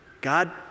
God